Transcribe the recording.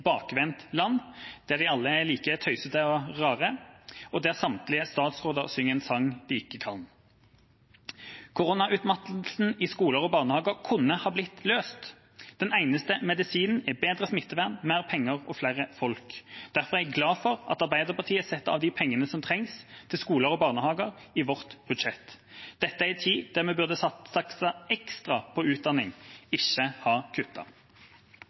der vi alle er like tøysete og rare, og der samtlige statsråder synger en sang de ikke kan. Koronautmattelsen i skoler og barnehager kunne ha blitt løst. Den eneste medisinen er bedre smittevern, mer penger og flere folk. Derfor er jeg glad for at Arbeiderpartiet i sitt budsjett setter av de pengene som trengs til skoler og barnehager. Dette er en tid da vi burde satse ekstra på utdanning, ikke